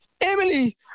Emily